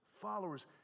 followers